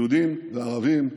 יהודים וערבים,